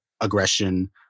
aggression